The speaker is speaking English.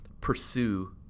pursue